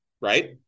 right